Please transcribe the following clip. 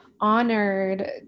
honored